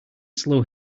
slow